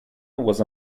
was